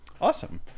awesome